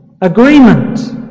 Agreement